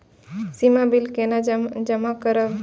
सीमा bill केना जमा करब?